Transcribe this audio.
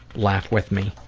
laugh with me.